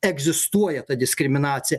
egzistuoja ta diskriminacija